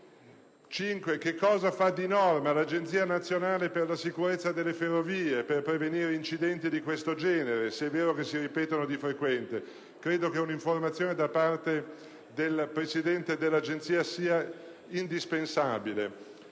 Quinto: cosa fa di norma l'Agenzia nazionale per la sicurezza ferroviaria per prevenire incidenti di questo genere, se è vero che si ripetono di frequente. Credo che un'informativa da parte del presidente dell'Agenzia sia indispensabile.